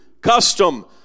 custom